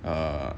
err